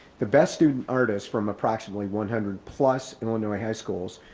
the best student artists from approximately one hundred plus, illinois high schools,